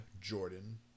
Jordan